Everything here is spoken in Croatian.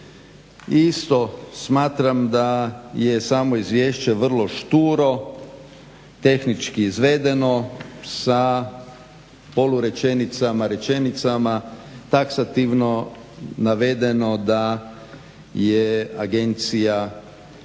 isto smatram da je samo izvješće vrlo šturu, tehnički izvedeno, sa polurečenicama, rečenicama, taksativno navedeno da je agencija